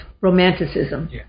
Romanticism